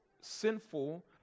sinful